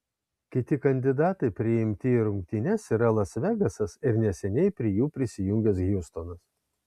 kiti kandidatai priimti į rungtynes yra las vegasas ir neseniai prie jų prisijungęs hjustonas